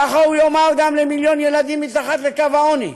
ככה הוא יאמר גם למיליון ילדים מתחת לקו העוני: